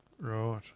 Right